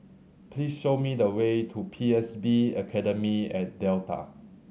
please show me the way to P S B Academy at Delta